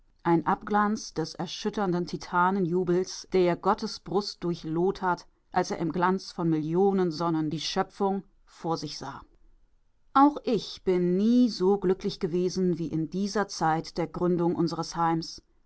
ein abglanz des erschütternden titanenjubels der gottes brust durchloht hat als er im glanz von millionen sonnen die schöpfung vor sich sah auch ich bin nie so glücklich gewesen wie in dieser zeit der gründung unseres heims